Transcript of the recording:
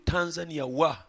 Tanzania